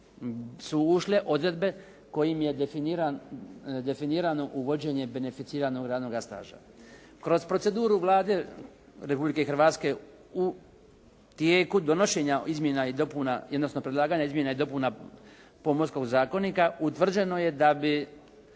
su ušle odredbe kojima je definirano uvođenje beneficiranog radnoga staža. Kroz proceduru Vlade Republike Hrvatske u tijeku donošenja izmjena i dopuna odnosno predlaganja izmjena i dopuna Pomorskog zakonika utvrđeno je da bi